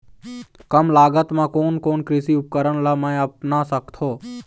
कम लागत मा कोन कोन कृषि उपकरण ला मैं अपना सकथो?